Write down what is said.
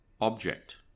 object